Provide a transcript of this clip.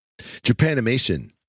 japanimation